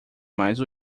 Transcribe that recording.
mais